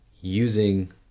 using